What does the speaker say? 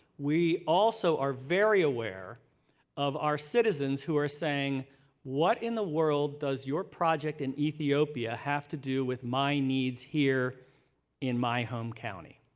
we also are very aware of our citizens who are saying what in the world does your project in ethiopia have to do with my needs here in my home county?